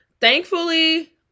thankfully